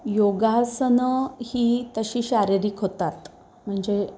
योगासनं ही तशी शारीरिक होतात म्हणजे